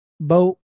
boat